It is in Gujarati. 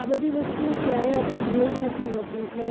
આ બધી વસ્તુઓ ક્યારેય આપણે જોઈ નથી હોતી એટલે